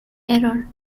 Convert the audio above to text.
error